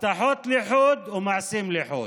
הבטחות לחוד ומעשים לחוד.